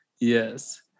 Yes